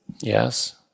yes